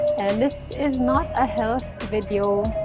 and this is not a health video,